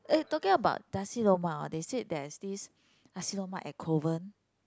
eh talking about Nasi-Lemak hor they said there is this Nasi-Lemak at Kovan